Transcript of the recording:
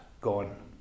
gone